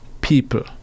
people